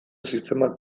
sistema